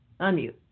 Unmute